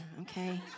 Okay